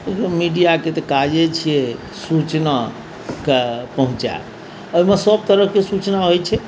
social मीडियाक तऽ काजे छियै सूचनाकेँ पहुँचायब ओहिमे सभ तरहक सूचना होइत छै